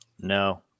No